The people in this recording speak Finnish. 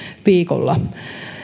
viikolla